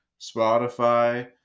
Spotify